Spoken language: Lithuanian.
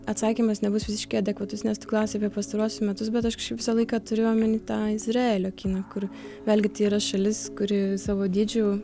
atsakymas nebus visiškai adekvatus nes tu klausi apie pastaruosius metus bet aš visą laiką turėjau omenį tą izraelio kiną kur vėlgi tai yra šalis kuri savo dydžiu